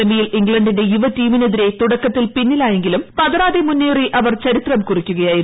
സെമിയിൽ ഇംഗ്ലണ്ടിന്റെ യുവ ടീമിനെതിരെ തുടക്കത്തിൽ പിന്നിലായെങ്കിലും പതറാതെ മുന്നേറി അവർ ചരിത്രം കുറിക്കുകയായിരുന്നു